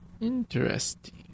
Interesting